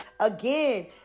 again